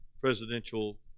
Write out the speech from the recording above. presidential